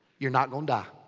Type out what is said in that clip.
you're not gonna die.